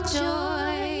joy